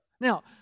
Now